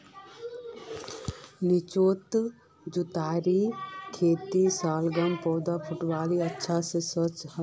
निचोत जुताईर खेतत शलगमेर पौधार फुटाव अच्छा स हछेक